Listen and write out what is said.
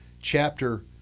chapter